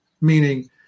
meaning